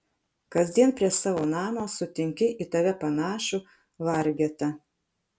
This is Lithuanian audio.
kasdien prie savo namo sutinki į tave panašų vargetą